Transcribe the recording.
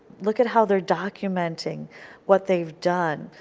look at how they are documenting what they have done.